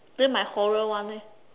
then my horror one eh